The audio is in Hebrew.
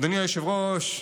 אדוני היושב-ראש,